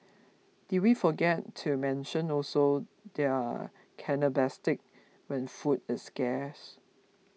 did we forget to mention also they're cannibalistic when food is scarce